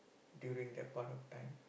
during that point of time